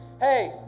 Hey